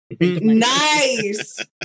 Nice